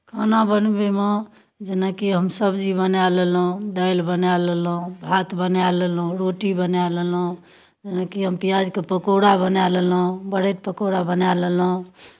खाना बनबैमे जेनाकि हम सब्जी बनाए लेलहुँ दालि बनाए लेलहुँ भात बनाए लेलहुँ रोटी बनाए लेलहुँ जेनाकि हम प्याजके पकौड़ा बनाए लेलहुँ बरेड पकौड़ा बनाए लेलहुँ